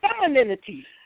femininity